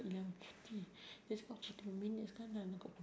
I think is just like dim very dim